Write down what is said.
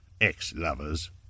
ex-lovers